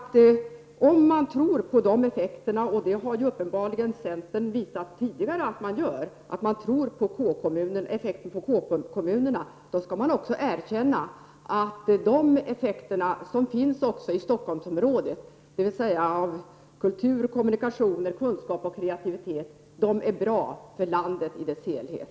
Tror man på effekterna av K-kommunerna, det har centern uppenbarligen visat tidigare, skall man också erkänna att de effekter som finns i Stockholmsområdet, dvs. av kultur, kommunikationer, kunskap och kreativitet, är bra för landet i dess helhet.